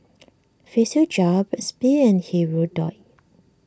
Physiogel Burt's Bee and Hirudoid